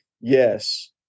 Yes